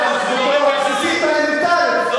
זורק את האנשים של ה"פתח" ברחוב.